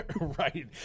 Right